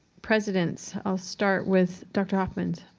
presidents? i'll start with dr. hofmans?